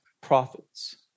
prophets